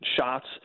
shots